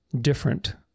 different